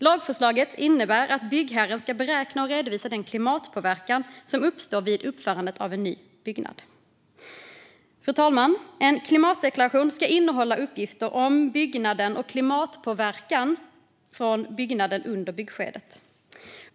Lagförslaget innebär att byggherren ska beräkna och redovisa den klimatpåverkan som uppstår vid uppförandet av en ny byggnad. Fru talman! En klimatdeklaration ska innehålla uppgifter om byggnaden och klimatpåverkan från byggnaden under byggskedet.